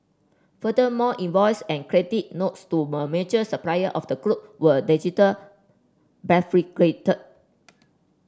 furthermore invoice and credit notes to a major supplier of the group were digital